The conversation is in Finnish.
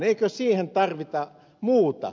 eikö siihen tarvita muuta